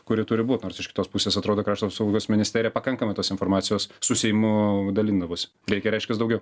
kuri turi būt nors iš kitos pusės atrodo krašto apsaugos ministerija pakankamai tos informacijos su seimu dalindavosi reikia reiškias daugiau